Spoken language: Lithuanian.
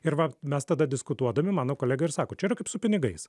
ir va mes tada diskutuodami mano kolega ir sako čia yra kaip su pinigais